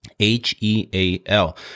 H-E-A-L